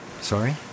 Sorry